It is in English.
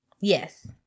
Yes